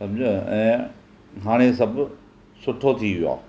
सम्झो ऐं हाणे सभु सुठो थी वियो आहे